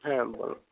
হ্যাঁ বলো